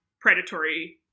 predatory